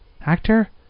actor